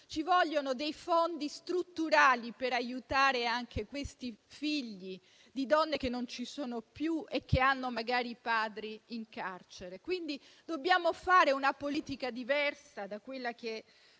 Ci vogliono dei fondi strutturali, per aiutare i figli di donne che non ci sono più e che hanno magari padri in carcere. Quindi, dobbiamo fare una politica diversa da quella di